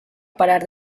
parar